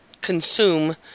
consume